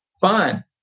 Fine